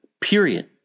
period